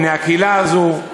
לבני הקהילה הזאת,